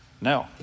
No